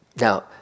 Now